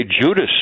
Judas